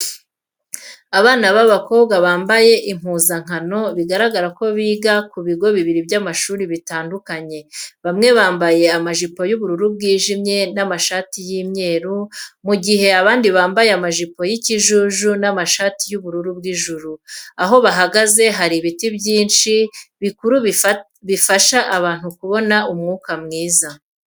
Abana b'abakobwa bambaye impuzankano bigaragara ko biga ku bigo bibiri by'amashuri bitandukanye, bamwe bambaye amajipo y'ubururu bwijimye n'amashati y'imyeru mu gihe abandi bambaye amajipo y'ikijuju n'amashati y'ubururu bw'ijuru. Aho bahagaze hari ibiti byinshi bikuru bifasha abantu kubona umwuka mwiza.